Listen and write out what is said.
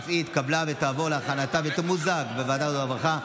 ואף היא התקבלה ותעבור להכנה ותמוזג בוועדת העבודה והרווחה.